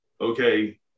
Okay